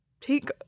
take